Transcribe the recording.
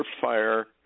fire